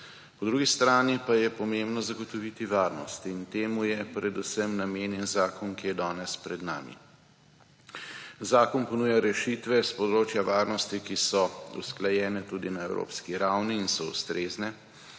Po drugi strani pa je pomembno zagotoviti varnost in temu je predvsem namenjen zakon, ki je danes pred nami. Zakon ponuja rešitve s področja varnosti, ki so usklajene tudi na evropski ravni in so ustrezne,